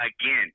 Again